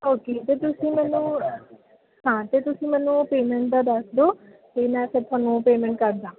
okay ਅਤੇ ਤੁਸੀਂ ਮੈਨੂੰ ਹਾਂ ਅਤੇ ਤੁਸੀਂ ਮੈਨੂੰ ਪੇਮੈਂਟ ਦਾ ਦੱਸ ਦਿਓ ਅਤੇ ਮੈਂ ਫਿਰ ਤੁਹਾਨੂੰ ਪੇਮੈਂਟ ਕਰਦਾਂ